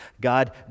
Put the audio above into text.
God